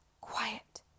Quiet